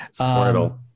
Squirtle